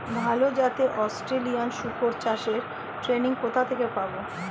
ভালো জাতে অস্ট্রেলিয়ান শুকর চাষের ট্রেনিং কোথা থেকে পাব?